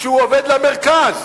שהוא עובד למרכז.